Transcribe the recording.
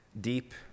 deep